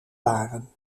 waren